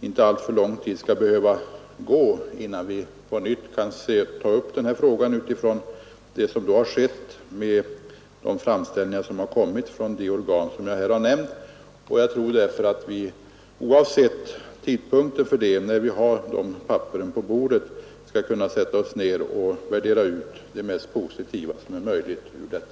inte alltför lång tid skall behöva gå innan vi på nytt kan ta upp frågan utifrån det som då har skett med de framställningar som har kommit från de organ jag här har nämnt. Oavsett vid vilken tidpunkt vi har de papperen på bordet tror jag därför att vi skall kunna sätta oss ner och värdera ut det mest positiva som är möjligt ur detta.